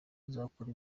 ruzakora